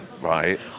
right